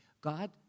God